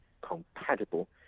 compatible